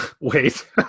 Wait